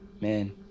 Man